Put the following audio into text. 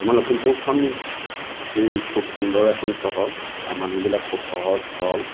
আমাৰ লখিমপুৰখন অতি খুব সুন্দৰ এখন চহৰ তাৰ মানুহবিলাক খুব সহজ সৰল